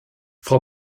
frau